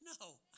No